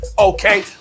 Okay